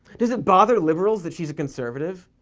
does it bother liberals that she's a conservative?